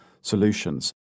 solutions